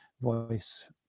voice